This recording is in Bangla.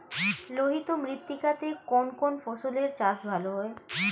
লোহিত মৃত্তিকা তে কোন কোন ফসলের চাষ ভালো হয়?